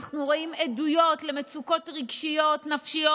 אנחנו רואים עדויות למצוקות רגשיות ונפשיות,